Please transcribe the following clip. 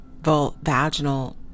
vaginal